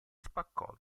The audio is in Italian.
spaccò